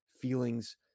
feelings